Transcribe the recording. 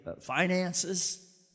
finances